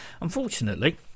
Unfortunately